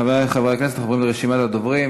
חברי חברי הכנסת, אנחנו עוברים לרשימת הדוברים.